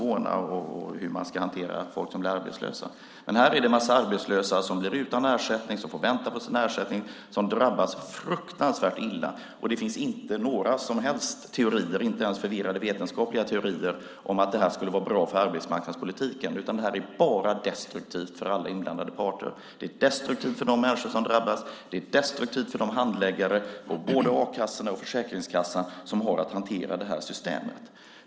Där har vi olika ideologier och idéer, men här handlar det om en massa arbetslösa som blir utan ersättning, som får vänta på sin ersättning och som drabbas fruktansvärt illa. Det finns inga som helst teorier, inte ens förvirrade vetenskapliga teorier, om att detta skulle vara bra för arbetsmarknadspolitiken, utan detta är bara destruktivt för alla inblandade parter. Det är destruktivt för de människor som drabbas; det är destruktivt för de handläggare på både a-kassorna och Försäkringskassan som har att hantera det här systemet.